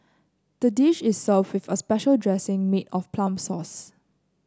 the dish is served with a special dressing made of plum sauce